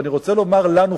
ואני רוצה לומר לנו,